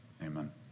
Amen